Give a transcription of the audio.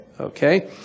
Okay